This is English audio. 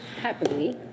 Happily